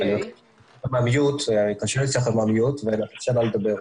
נרשה לה לדבר.